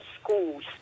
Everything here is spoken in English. schools